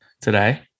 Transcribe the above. today